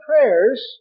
prayers